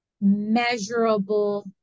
measurable